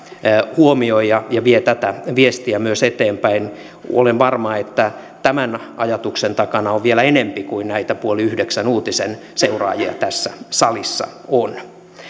huomioi ja ja vie tätä viestiä myös eteenpäin olen varma että tämän ajatuksen takana on vielä enempi kuin näitä puoli yhdeksän uutisen seuraajia tässä salissa on